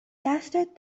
دستت